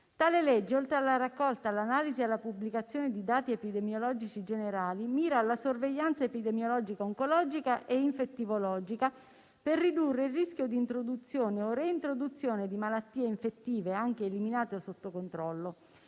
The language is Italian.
Tale legge, oltre alla raccolta, all'analisi e alla pubblicazione di dati epidemiologici generali, mira alla sorveglianza epidemiologica, oncologica e infettivologica per ridurre il rischio di introduzione o reintroduzione di malattie infettive, anche eliminate o sotto controllo.